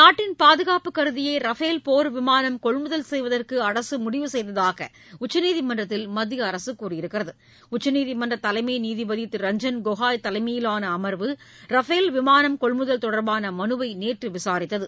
நாட்டின் பாதுகாப்பை கருதியே ரஃபேல் போர் விமானம் கொள்முதல் செய்வதற்கு அரசு முடிவு செய்ததாக உச்சநீதிமன்றத்தில் மத்திய அரசு தெரிவித்துள்ளது உச்சநீதிமன்ற தலைமை நீதிபதி திரு ரஞ்சன் கோகோய் தலைமையிலான அமர்வு ரஃபேல் விமானம் கொள்முதல் தொடர்பான மனுவை நேற்று விசாரித்தது